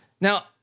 Now